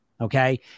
okay